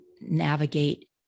navigate